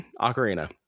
Ocarina